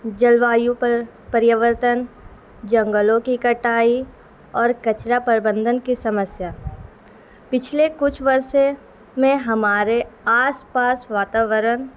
جلویو پر پروررتن جنگلوں کی کٹائی اور کچرا پربندن کی سمسیا پچھلے کچھ ورثے میں ہمارے آس پاس واتاورن